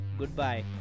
goodbye